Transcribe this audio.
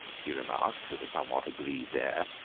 he remarked, with a somewhat aggrieved air.